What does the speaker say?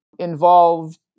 Involved